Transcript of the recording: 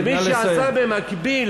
ומי שעשה במקביל,